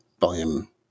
volume